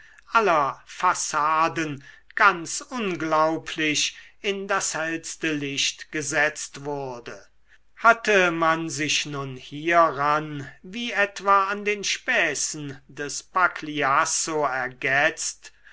aller fassaden ganz unglaublich in das hellste licht gesetzt wurde hatte man sich nun hieran wie etwa an den späßen des pagliasso ergetzt